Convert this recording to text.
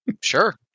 Sure